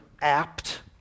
apt